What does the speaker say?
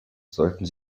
sollten